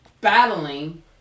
battling